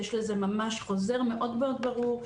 יש לזה ממש חוזר מאוד מאוד ברור,